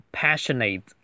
passionate